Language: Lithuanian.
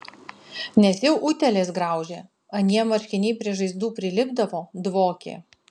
nes jau utėlės graužė anie marškiniai prie žaizdų prilipdavo dvokė